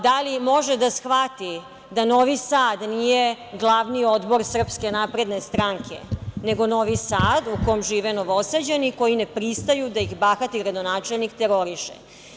Da li može da shvati da Novi Sad nije glavni odbor SNS, nego Novi Sad u kom žive Novosađani, koji ne pristaju da ih bahati gradonačelnik teroriše?